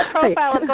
profile